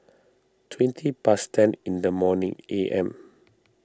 twenty past ten in the morning A M